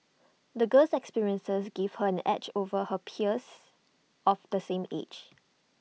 the girl's experiences gave her an edge over her peers of the same age